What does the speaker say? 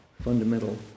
fundamental